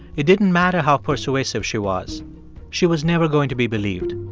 it didn't matter how persuasive she was she was never going to be believed.